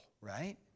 right